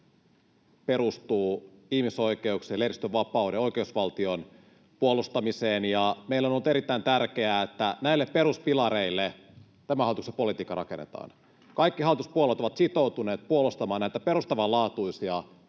perustuu ihmisoikeuksien, lehdistönvapauden ja oikeusvaltion puolustamiseen, ja meille on ollut erittäin tärkeää, että näille peruspilareille tämän hallituksen politiikka rakennetaan. Kaikki hallituspuolueet ovat sitoutuneet puolustamaan näitä perustavanlaatuisia